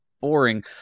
boring